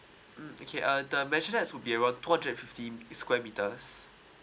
mm okay uh the mention that's will be around two hundred and fifty square meters